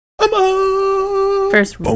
First